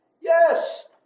Yes